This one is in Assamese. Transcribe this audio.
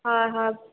হয় হয়